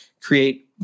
create